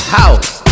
house